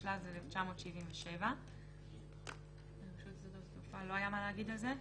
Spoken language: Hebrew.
התשל"ז 1977. לרשות שדות התעופה לא היה מה להגיד על זה.